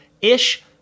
Ish